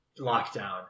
lockdown